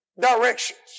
directions